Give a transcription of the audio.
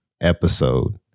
episode